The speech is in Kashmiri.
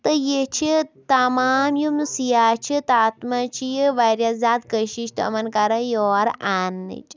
تہٕ یہِ چھِ تمام یِم سیاح چھِ تَتھ منٛز چھِ یہِ واریاہ زیادٕ کٔشِش تِمَن کَران یور اَننٕچ